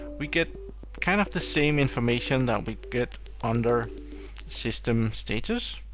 we get kind of the same information that we get under system status,